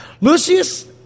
Lucius